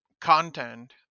content